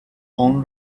own